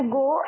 go